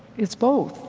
it's both.